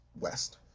west